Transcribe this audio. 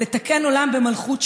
לתקן עולם במלכות שדיי.